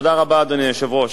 תודה רבה, אדוני היושב ראש.